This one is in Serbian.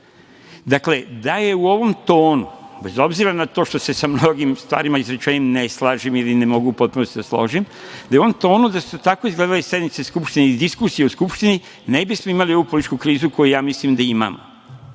kolege. Dakle, da je u ovom tonu, bez obzira na to što se sa mnogim stvarima izrečenim ne slažem ili ne mogu u potpunosti da se složim, da su u ovom tonu, da su tako izgledale sednice Skupštine i diskusije u Skupštini, ne bismo imali ovu političku krizu, koju ja mislim da imamo.